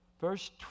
Verse